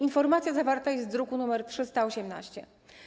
Informacja zawarta jest w druku nr 318.